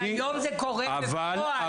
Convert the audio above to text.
אבל היום זה קורה בפועל.